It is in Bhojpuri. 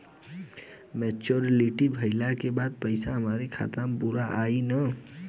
मच्योरिटी भईला के बाद पईसा हमरे खाता म पूरा आई न?